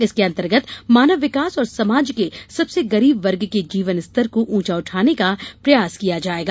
इसके अंतर्गत मानव विकास और समाज के सबसे गरीब वर्ग के जीवन स्तर को ऊंचा उठाने का प्रयास किया जायेगा